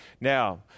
Now